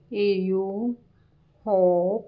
A U hop